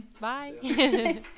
bye